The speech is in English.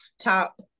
top